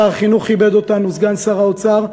שר החינוך כיבד אותנו, סגן שר האוצר,